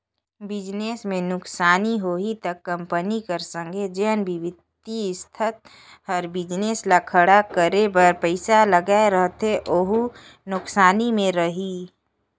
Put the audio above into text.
business में नुकसानी होही ता कंपनी कर संघे जेन बित्तीय संस्था हर बिजनेस ल खड़ा करे बर पइसा लगाए रहथे वहूं नुकसानी में रइही